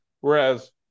whereas